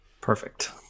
perfect